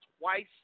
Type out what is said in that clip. twice